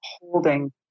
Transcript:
holding